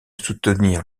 soutenir